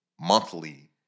monthly